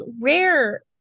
rare